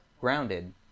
Grounded